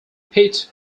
pit